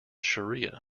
shariah